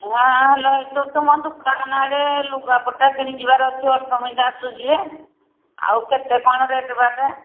ହଁ ହ୍ୟାଲୋ ଏଇଠି ତୁମ ଦୋକାନ ଆଡ଼େ ଲୁଗାପଟା କିଣିଯିବାର ଅଛି ଅଷ୍ଟମୀଟା ଆସୁଛି ଯେ ଆଉ କେତେ କ'ଣ ରେଟ୍ବାଟ